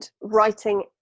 writing